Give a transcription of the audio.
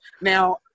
Now